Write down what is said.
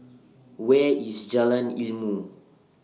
Where IS Jalan Ilmu